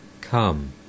come